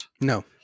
No